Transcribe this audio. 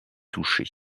touché